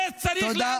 תודה.